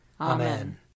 Amen